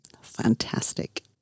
Fantastic